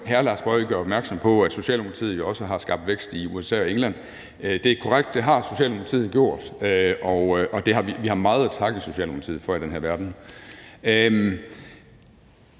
for at gøre opmærksom på, at Socialdemokratiet jo også har skabt vækst i USA og England. Det er korrekt, at det har Socialdemokratiet gjort. Vi har meget at takke Socialdemokratiet for i den her verden.